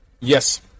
Yes